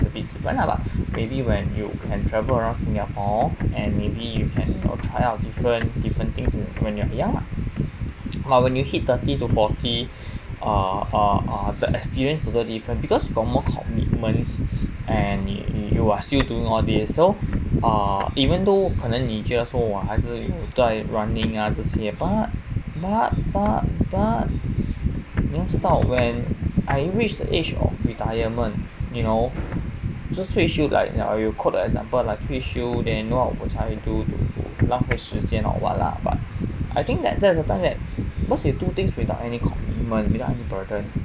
it's a bit different lah but maybe when you can travel around singapore and maybe you can try out different different things when you're young lah but when you hit thirty to forty err err err the experience totally different because got more commitments and you are still doing all these so err even though 可能你觉得说哇还是有在 running ah 这些 but but but but 你要知道 when I reach the age of retirement you know 退休 like you are you quoted an example like 退休 then what must I do to 浪费时间 or what lah but I think that that's the time that you do things without any commitment without any burden